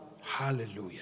Hallelujah